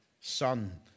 son